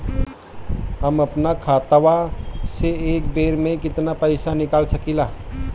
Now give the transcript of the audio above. हम आपन खतवा से एक बेर मे केतना पईसा निकाल सकिला?